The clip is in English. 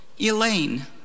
Elaine